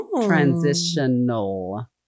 Transitional